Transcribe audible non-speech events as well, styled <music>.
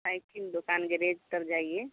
cycle दुकान <unintelligible> तब जाइए